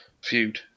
feud